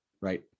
right